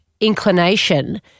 inclination